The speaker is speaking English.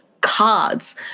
cards